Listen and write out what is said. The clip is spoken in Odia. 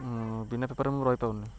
ବିନା ପେପର୍ ମୁଁ ରହି ପାରୁନି